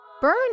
burn